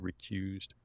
recused